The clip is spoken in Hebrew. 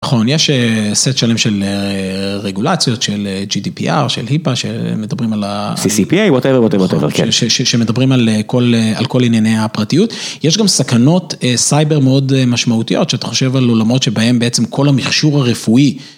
נכון, יש סט שלם של רגולציות, של GDPR, של היפה, שמדברים על ה... CCPA ואותה ואותה ואותה, כן. שמדברים על כל ענייני הפרטיות, יש גם סכנות סייבר מאוד משמעותיות, שאתה חושב על עולמות שבהם בעצם כל המכשור הרפואי...